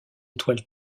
étoile